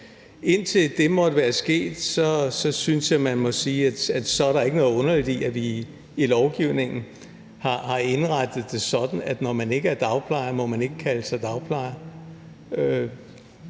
Indtil det måtte være sket, synes jeg, man må sige, at der ikke er noget underligt i, at vi i lovgivningen har indrettet det sådan, at når man ikke er dagplejer, må man ikke kalde sig dagplejer.